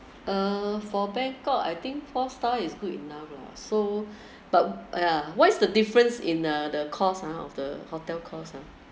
uh for bangkok I think four star is good enough lah so but uh what is the difference in the the cost ah of the hotel costs ah